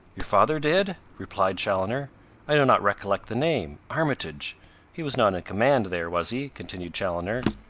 your father did? replied chaloner i do not recollect the name armitage he was not in command there, was he? continued chaloner.